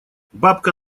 бабка